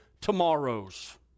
tomorrows